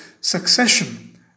succession